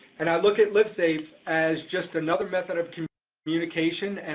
and i look at livesafe as just another method of communication, and